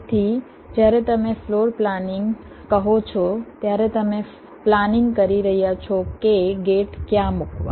તેથી જ્યારે તમે ફ્લોર પ્લાનિંગ કહો છો ત્યારે તમે પ્લાનિંગ કરી રહ્યા છો કે ગેટ ક્યાં મૂકવા